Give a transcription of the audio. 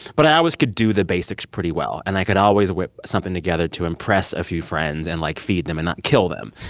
but i always could do the basics pretty well. and i could always whip something together to impress a few friends and like feed them and not kill them